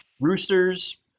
roosters